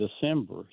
December